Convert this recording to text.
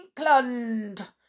England